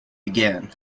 began